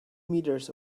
meters